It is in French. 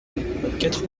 quatre